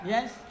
Yes